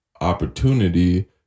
opportunity